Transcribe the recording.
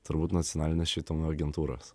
turbūt nacionalinės švietimo agentūros